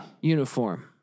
uniform